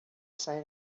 say